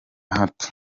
hato